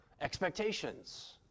expectations